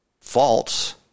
false